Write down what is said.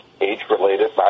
age-related